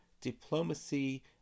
diplomacy